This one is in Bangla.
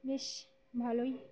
বেশ ভালোই